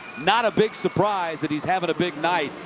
not a big surprise and he's having a big night.